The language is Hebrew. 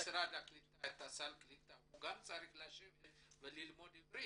ממשרד העלייה והקליטה הוא גם צריך לשבת וללמוד עברית.